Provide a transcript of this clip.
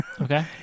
Okay